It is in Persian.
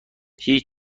هیچ